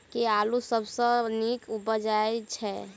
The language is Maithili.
केँ आलु सबसँ नीक उबजय छै?